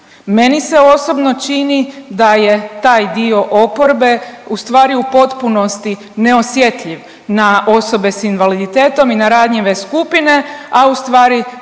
Meni se osobno čini da je taj dio oporbe ustvari u potpunosti neosjetljiv na osobe s invaliditetom i na ranjive skupine a ustvari da ovdje